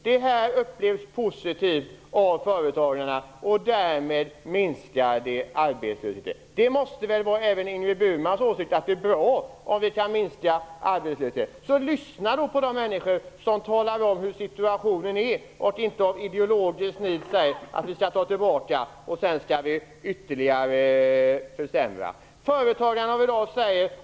Detta upplevs som positivt av företagarna och därmed minskas arbetslösheten. Det måste väl vara även Ingrid Burmans åsikt att det är bra om arbetslösheten kan minskas. Lyssna på de människor som talar om hur situationen verkligen är i stället för att av ideologiskt nit säga att vi skall återkalla och ytterligare försämra.